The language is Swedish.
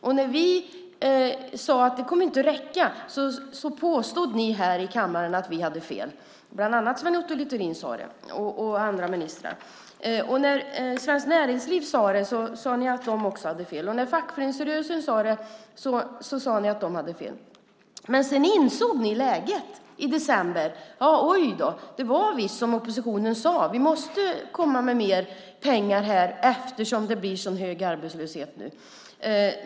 Och när vi sade att det inte skulle komma att räcka påstod ni här i kammaren att vi hade fel. Bland annat Sven Otto Littorin sade det och även andra ministrar. Och när Svenskt Näringsliv sade det sade ni att de också hade fel. Och när fackföreningsrörelsen sade det sade ni att de hade fel. Men sedan insåg ni läget i december: Oj då, det var visst som oppositionen sade! Vi måste komma med mer pengar här eftersom det blir en så hög arbetslöshet nu.